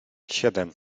siedem